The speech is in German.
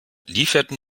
lieferten